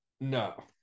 No